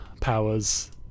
powers